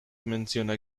menciona